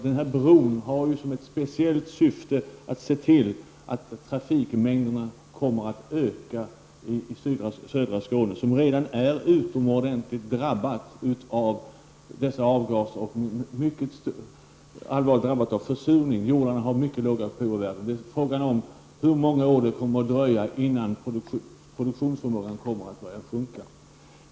Den här bron har till speciellt syfte att öka trafikmängderna i södra Skåne, som redan är utomordentligt drabbat av avgaser och försurning. Jordarna har mycket låga pH-värden. Frågan är bara hur många år det kommer att dröja innan produktionsförmågan börjar sjunka.